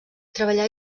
treballar